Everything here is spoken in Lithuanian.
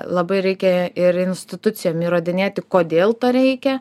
labai reikia ir institucijom įrodinėti kodėl to reikia